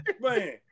Man